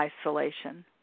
isolation